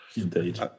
Indeed